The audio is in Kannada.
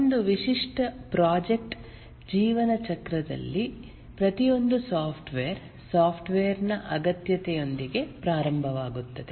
ಒಂದು ವಿಶಿಷ್ಟ ಪ್ರಾಜೆಕ್ಟ್ ಜೀವನ ಚಕ್ರದಲ್ಲಿ ಪ್ರತಿಯೊಂದು ಸಾಫ್ಟ್ವೇರ್ ಸಾಫ್ಟ್ವೇರ್ ನ ಅಗತ್ಯತೆಯೊಂದಿಗೆ ಪ್ರಾರಂಭವಾಗುತ್ತದೆ